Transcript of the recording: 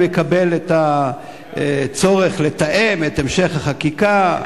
וכמובן, אני מקבל את הצורך לתאם את המשך החקיקה.